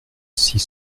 six